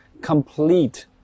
complete